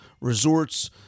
resorts